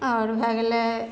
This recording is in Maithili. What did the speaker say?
आओर भै गेलै